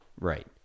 Right